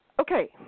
Okay